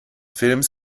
films